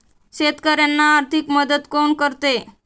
शेतकऱ्यांना आर्थिक मदत कोण करते?